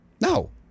No